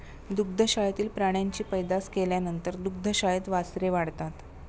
दुग्धशाळेतील प्राण्यांची पैदास केल्यानंतर दुग्धशाळेत वासरे वाढतात